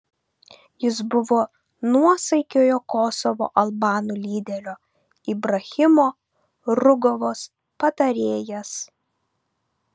jis buvo nuosaikiojo kosovo albanų lyderio ibrahimo rugovos patarėjas